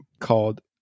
called